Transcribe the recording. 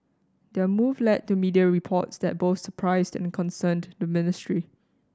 their move led to media reports that both surprised and concerned the ministry